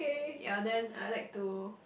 ya then I like to